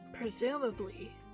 Presumably